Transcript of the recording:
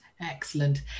Excellent